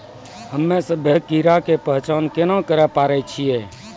हम्मे सभ्भे कीड़ा के पहचान केना करे पाड़ै छियै?